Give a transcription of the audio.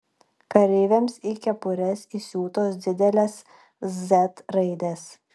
kareiviams į kepures įsiūtos didelės z raidės